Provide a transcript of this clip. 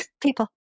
People